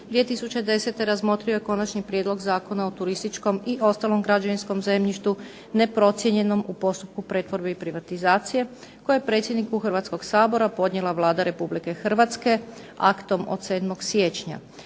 2010. razmotrio je Konačni prijedlog Zakona o turističkom i ostalom građevinskom zemljištu neprocijenjenom u postupku pretvorbe i privatizacije koje je predsjedniku Hrvatskoga sabora podnijela Vlada Republike Hrvatske aktom od 7. siječnja